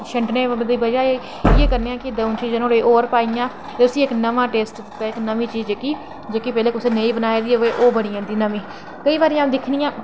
छंडने कोला एह् करने आं की दंऊ चीज़ां होर पाने आं ते उसी नमां टेस्ट नमीं चीज़ जेह्की कुसै नेईं बनाई दी होऐ पैह्लें ओह् बनमी जंदी नमीं केईं बारी अंऊ दिक्खनी आं